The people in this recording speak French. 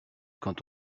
quand